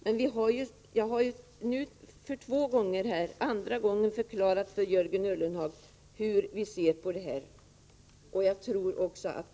Det är nu andra gången jag förklarar för honom hur vi ser på den här frågan.